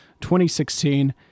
2016